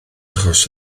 achos